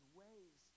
ways